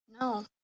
no